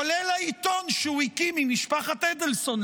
כולל העיתון שהוא הקים עם משפחת אדלסון,